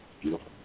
beautiful